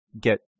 get